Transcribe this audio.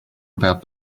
about